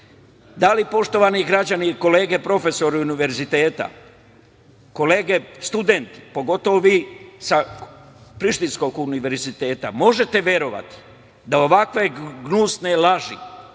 Da li poštovani građani, kolege profesori univerziteta, kolege studenti, pogotovo vi sa Prištinskog univerziteta, možete verovati da ovakve gnusne laži